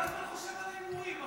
כל הזמן חושב על הימורים,